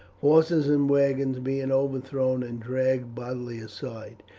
horses and wagons being overthrown and dragged bodily aside.